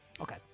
okay